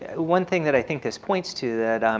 one thing that i think this points to that